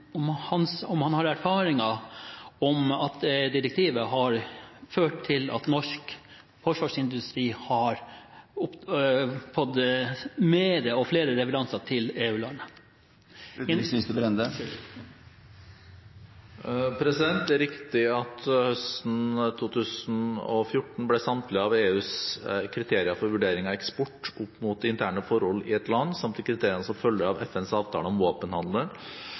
om han har erfaringer med at direktivet har ført til at norsk forsvarsindustri har fått flere leveranser til EU-land. Det er riktig at høsten 2014 ble samtlige av EUs kriterier for vurdering av eksport opp mot interne forhold i et land, samt de kriteriene som følger av FNs avtale om våpenhandel,